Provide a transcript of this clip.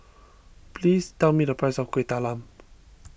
please tell me the price of Kueh Talam